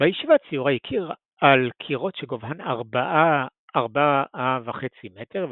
בישיבה ציורי קיר על קירות שגובהן ארבע וחצי מטר,